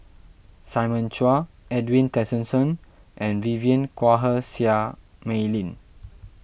Simon Chua Edwin Tessensohn and Vivien Quahe Seah Mei Lin